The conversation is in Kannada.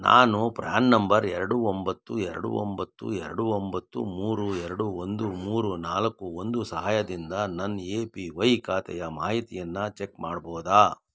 ನಾನು ಪ್ರ್ಯಾನ್ ನಂಬರ್ ಎರಡು ಒಂಬತ್ತು ಎರಡು ಒಂಬತ್ತು ಎರಡು ಒಂಬತ್ತು ಮೂರು ಎರಡು ಒಂದು ಮೂರು ನಾಲ್ಕು ಒಂದು ಸಹಾಯದಿಂದ ನನ್ನ ಎ ಪಿ ವೈ ಖಾತೆಯ ಮಾಹಿತಿಯನ್ನು ಚೆಕ್ ಮಾಡ್ಬೋದಾ